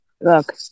Look